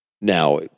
Now